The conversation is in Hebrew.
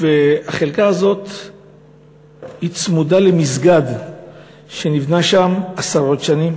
החלקה הזאת צמודה למסגד שנבנה שם עשרות שנים,